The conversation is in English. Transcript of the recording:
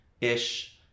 ish